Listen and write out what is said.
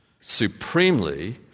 supremely